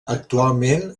actualment